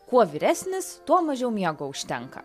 kuo vyresnis tuo mažiau miego užtenka